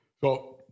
So-